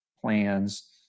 plans